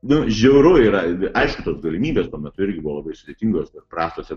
nu žiauru yra aišku tos galimybės tuo metu irgi labai sudėtingos prastos ir